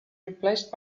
replaced